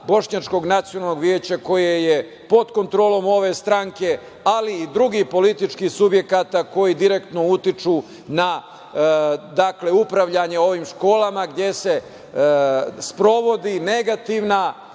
Bošnjačkog nacionalnog veća, koje je pod kontrolom ove stranke, ali i drugih političkih subjekata koji direktno utiču na upravljanje ovim školama, gde se sprovodi negativna